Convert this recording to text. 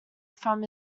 from